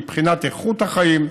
מבחינת איכות החיים,